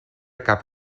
cap